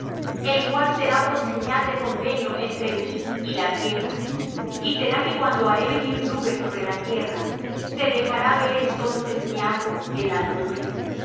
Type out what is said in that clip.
el cual será por señal de convenio entre mí y la tierra y será que cuando haré venir nubes sobre la tierra se dejará ver entonces mi arco en las nubes